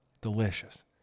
Delicious